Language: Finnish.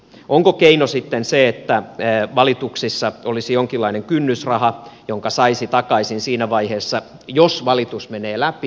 onko keino sitten se että valituksissa olisi jonkinlainen kynnysraha jonka saisi takaisin siinä vaiheessa jos valitus menee läpi